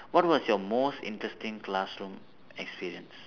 what was your most interesting classroom experience